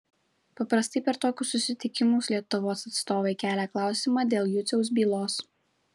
paprastai per tokius susitikimus lietuvos atstovai kelia klausimą dėl juciaus bylos